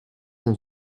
dans